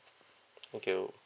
thank you